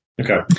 Okay